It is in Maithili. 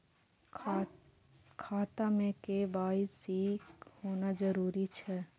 खाता में के.वाई.सी होना जरूरी छै?